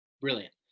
brilliant